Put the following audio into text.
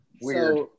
weird